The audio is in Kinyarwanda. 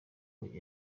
n’uko